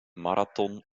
marathon